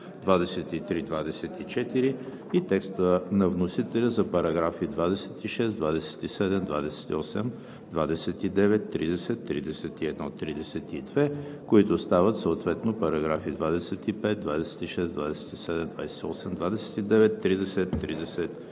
23 и 24; и текста на вносителя за параграфи 26, 27, 28, 29, 30, 31, 32, които стават съответно параграфи 25, 26, 27, 28, 29, 30, 31.